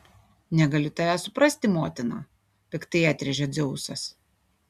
negaliu tavęs suprasti motina piktai atrėžė dzeusas